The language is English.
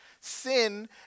Sin